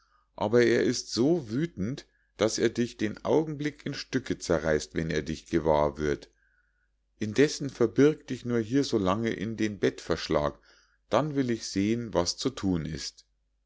aber er ist so wüthend daß er dich den augenblick in stücke zerreißt wenn er dich gewahr wird indessen verbirg dich nur hier so lange in den bettverschlag dann will ich sehen was zu thun ist